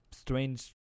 strange